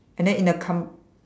and then in the come